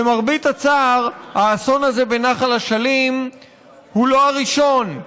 למרבה הצער, האסון הזה בנחל אשלים הוא לא הראשון.